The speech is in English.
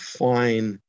fine